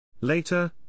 Later